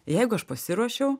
jeigu aš pasiruošiau